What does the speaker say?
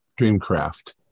Dreamcraft